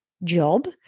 job